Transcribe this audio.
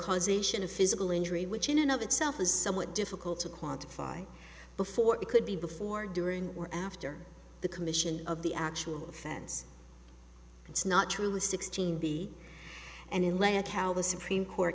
causation of physical injury which in and of itself is somewhat difficult to quantify before it could be before during or after the commission of the actual offense it's not truly sixteen b and in length how the supreme court